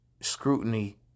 scrutiny